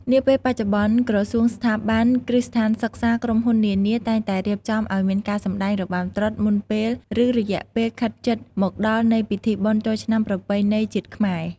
នាពេលបច្ចុប្បន្នក្រសួង ស្ថាប័ន គ្រឹះស្ថានសិក្សា ក្រុមហ៊ុននានា តែងតែរៀបចំឱ្យមានការសម្តែងរបាំត្រុដិ មុនពេល ឬរយៈពេលខិតជិតមកដល់នៃពិធីបុណ្យចូលឆ្នាំប្រពៃណីជាតិខ្មែរ។